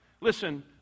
Listen